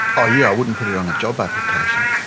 ah yeah, i wouldn't put it on a job application.